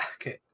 Okay